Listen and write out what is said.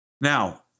Now